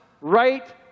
right